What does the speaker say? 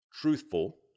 truthful